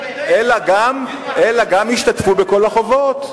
אלא גם ישתתפו בכל החובות,